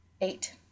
Eight